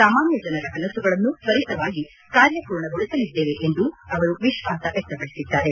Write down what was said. ಸಾಮಾನ್ಯ ಜನರ ಕನಸುಗಳನ್ನು ತ್ವರಿತವಾಗಿ ಕಾರ್ಯಪೂರ್ಣಗೊಳಿಸಲಿದ್ದೇವೆ ಎಂದು ಅವರು ವಿಶ್ವಾಸ ವ್ಯಕ್ತಪಡಿಸಿದ್ದಾರೆ